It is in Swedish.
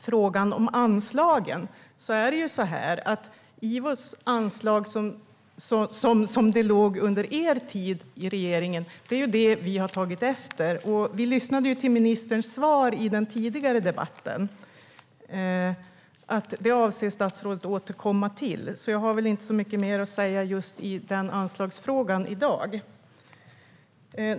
Ivos anslag, som det låg under er tid i regeringen, är det vi har tagit efter. Vi lyssnade till ministerns svar i den tidigare debatten. Detta avser statsrådet att återkomma till. Jag har väl inte så mycket mer att säga i anslagsfrågan i dag.